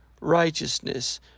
righteousness